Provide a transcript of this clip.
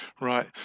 Right